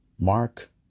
Mark